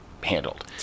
handled